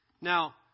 now